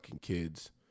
kids